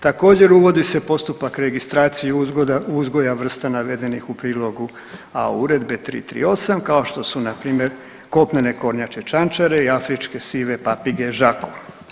Također uvodi se postupak registracije uzgoja vrsta navedenih u prilogu A uredbe 338 kao što su na primjer kopnene kornjače čančare i afričke sive papige žakoa.